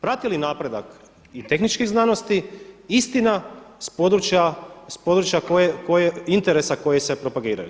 Prati li napredak i tehničke znanosti istina s područja koje interesa koji se propagiraju?